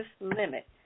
limit